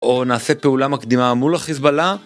או נעשה פעולה מקדימה מול החיזבאללה?